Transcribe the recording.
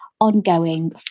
ongoing